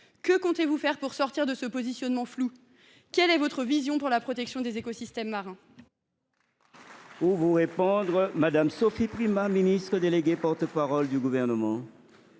Que comptez vous faire pour sortir de ce positionnement flou ? Quelle est votre vision pour la protection des écosystèmes marins ? La parole est à Mme la ministre déléguée, porte parole du Gouvernement.